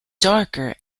darker